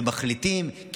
ומחליטים,